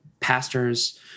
Pastors